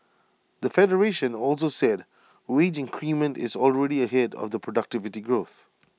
the federation also said wage increment is already ahead of productivity growth